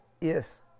Yes